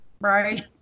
right